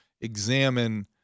examine